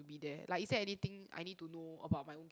be there like is there anything I need to know about my own